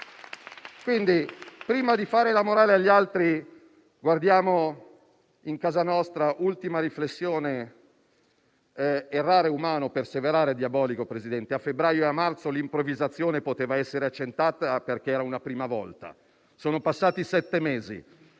Quindi, prima di fare la morale agli altri, guardiamo in casa nostra. Passo all'ultima riflessione. Errare è umano perseverare diabolico, Presidente. A febbraio e marzo scorsi l'improvvisazione poteva essere accettata perché era una prima volta. Sono passati sette mesi